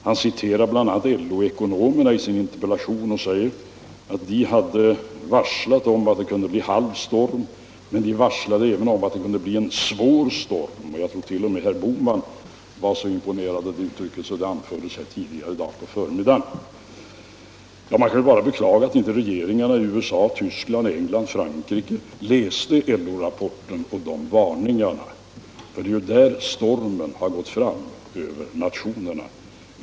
Han citerar bl.a. LO-ekonomerna i sin interpellation och säger att de hade varslat om att det kunde bli halv storm, men de varslade även om att det kunde bli en svår storm. Jag trort.o.m. att herr Bohman var så imponerad av uttrycket att han använde sig av det tidigare i dag. Man kan bara beklaga att inte regeringarna i USA, Tyskland, England och Frankrike läste LO-rapporten och dessa varningar, för det är ju över de nationerna stormen har gått fram.